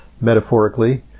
metaphorically